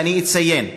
ואני אציין,